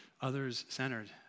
others-centered